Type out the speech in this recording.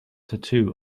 tattoo